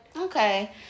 okay